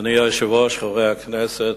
אדוני היושב-ראש, חברי הכנסת,